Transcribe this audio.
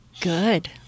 Good